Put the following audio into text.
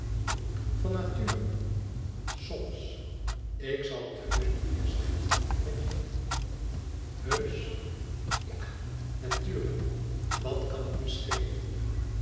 van natuur soms ik zal het heusch niet meer zijn met gilio heusch ja natuurlijk wat kan het me schelen